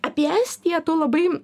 apie estiją tu labai